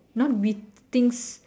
not with things